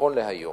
נכון להיום,